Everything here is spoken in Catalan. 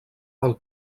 del